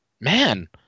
man